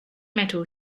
metal